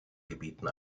gebieten